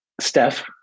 Steph